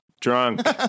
Drunk